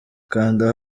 kanda